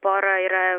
pora yra